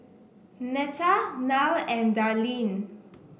Netta Nile and Darlyne